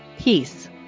peace